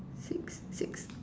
six six